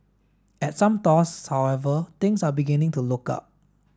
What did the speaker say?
at some stores however things are beginning to look up